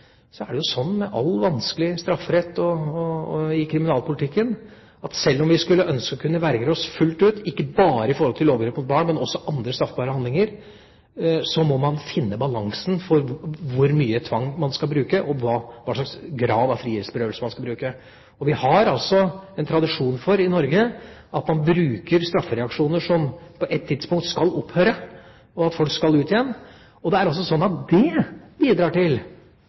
er jo slik med all vanskelig strafferett og i kriminalpolitikken at sjøl om vi skulle ønske å kunne verge oss fullt ut, ikke bare i forhold til overgrep mot barn, men også andre straffbare handlinger, må man finne balansen for hvor mye tvang man skal bruke, og hva slags grad av frihetsberøvelse man skal bruke. Vi har en tradisjon i Norge for at man bruker straffereaksjoner som på et tidspunkt skal opphøre, og at folk skal ut igjen. Det er også slik at det bidrar til